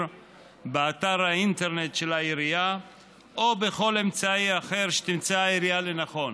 באתר האינטרנט של העירייה או בכל אמצעי אחר שתמצא העירייה לנכון,